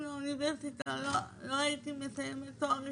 לאוניברסיטה לא הייתי מסיימת תואר ראשון.